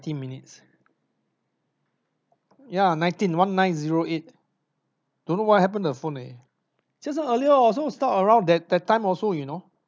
minutes ya nineteen one nine zero eight don't know what happened to the phone eh just now earlier also stopped around that that time also you know